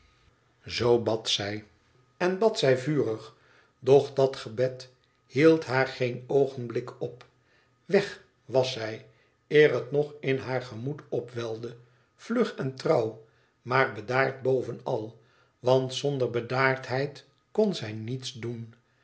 zoo bad zij en bad zij vurig doch dat gebed hield haar geen oogenblik op weg was zij eer het nog in haar gemoed opwelde vlug en trouw maar bedaard bovenal want zonder bedaardheid kon zij niets doen